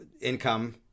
income